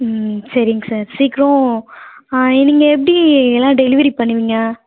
ம் சரிங் சார் சீக்ரம் நீங்கள் எப்படி இதெலாம் டெலிவரி பண்ணுவீங்க